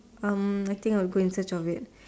um I think I will go in search of it